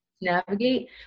navigate